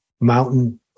mountain